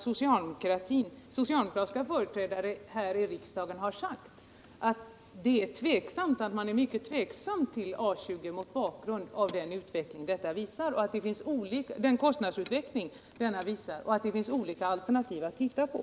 Socialdemokratiska företrädare har här i riksdagen i dag sagt att man mot bakgrund av denna kostnadsutveckling är mycket tveksam till A 20 och att det finns olika andra alternativ att titta på.